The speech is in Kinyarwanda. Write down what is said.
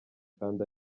kandi